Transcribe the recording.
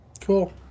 Cool